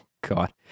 God